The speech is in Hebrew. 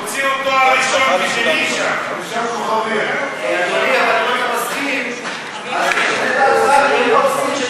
הוציאו תואר ראשון ושני שם, הם רוצים שניכנע לטרור